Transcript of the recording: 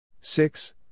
Six